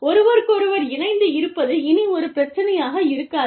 ஒருவருக்கொருவர் இணைந்து இருப்பது இனி ஒரு பிரச்சினையாக இருக்காது